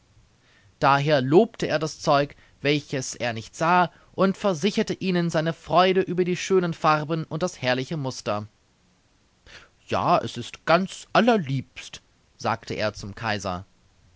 daher lobte er das zeug welches er nicht sah und versicherte ihnen seine freude über die schönen farben und das herrliche muster ja es ist ganz allerliebst sagte er zum kaiser